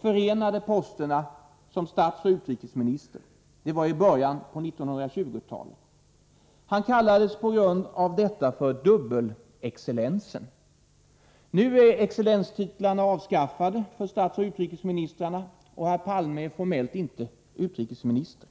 förenade posterna som statsoch utrikesminister. Det var i början av 1920-talet. Han kallades på grund av detta ”dubbelexcellensen”. Nu är excellenstitlarna avskaffade för statsoch utrikesministrarna, och herr Palme är formellt inte utrikesminister.